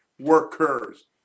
workers